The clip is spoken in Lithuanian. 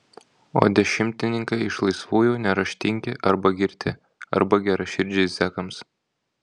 o dešimtininkai iš laisvųjų neraštingi arba girti arba geraširdžiai zekams